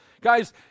Guys